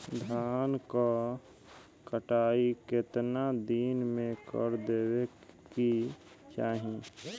धान क कटाई केतना दिन में कर देवें कि चाही?